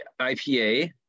IPA